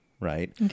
right